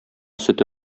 сөте